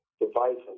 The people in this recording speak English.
devices